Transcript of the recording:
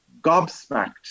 gobsmacked